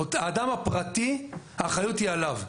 האדם הפרטי - האחריות היא עליו.